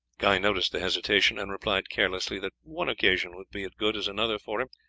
guy noticed the hesitation, and replied carelessly that one occasion would be as good as another for him,